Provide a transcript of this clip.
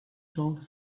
told